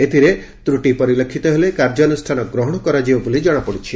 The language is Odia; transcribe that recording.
ଏଥିରେ ତ୍ରଟି ପରିଲକ୍ଷିତ ହେଲେ କାର୍ଯ୍ୟାନୁଷ୍ଠାନ ଗ୍ରହଶ କରାଯିବ ବୋଲି ଜଣାପଡ଼ିଛି